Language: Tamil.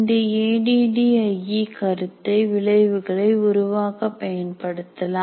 இந்த A D D I E கருத்தை விளைவுகளை உருவாக்க பயன்படுத்தலாம்